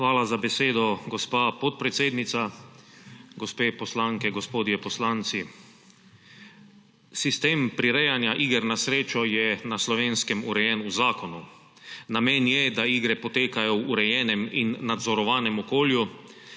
Hvala za besedo, gospa podpredsednica. Gospe poslanke, gospodje poslanci! Sistem prirejanja iger na srečo je na Slovenskem urejen v zakonu. Namen je, da igre potekajo v urejenem in nadzorovanem okolju,